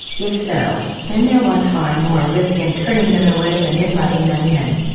if so, then there was far more risk in turning them away than in letting them in.